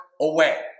away